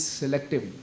selective